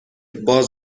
باز